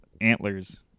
antlers